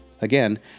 Again